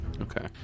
Okay